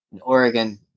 Oregon